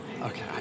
okay